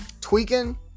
Tweaking